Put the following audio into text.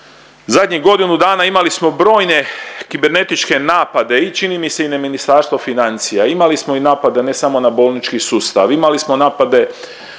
zadnjih godinu dana imali smo brojne kibernetičke napade i čini mi se i na Ministarstvo financija, imali smo i napade ne samo na bolnici sustav, imali smo napade